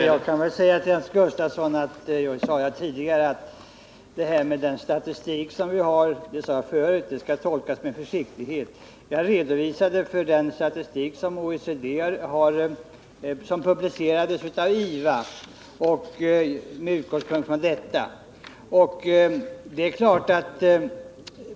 Herr talman! Jag kan säga till Hans Gustafsson som jag sade tidigare att den statistik vi har att tillgå skall tolkas med försiktighet. Jag redovisade den statistik från OECD som publicerats av IVA och talade med utgångspunkt i den.